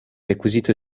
requisito